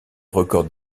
records